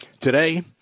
Today